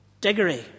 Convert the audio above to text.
Diggory